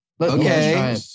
Okay